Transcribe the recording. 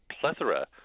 plethora